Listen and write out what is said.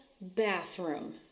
bathroom